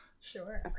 sure